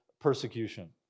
persecution